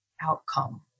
outcome